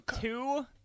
two